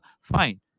Fine